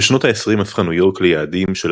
בשנות ה-20 הפכה ניו יורק ליעדם של